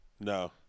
No